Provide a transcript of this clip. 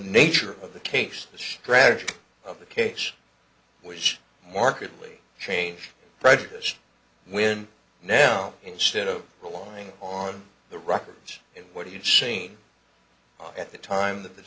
nature of the case the strategy of the case which markedly change riteish when now instead of relying on the records what do you seen at the time that the